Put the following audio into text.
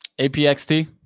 APXT